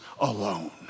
alone